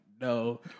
no